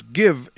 give